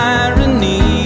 irony